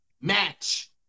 match